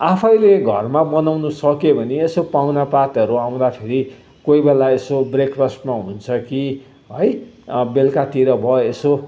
आफैले घरमा बनाउनु सक्यो भने यसो पाहुनापातहरू आउँदाखेरि कोही बेला यसो ब्रेक फास्टमा हुन्छ कि है अब बेलुकातिर भयो यसो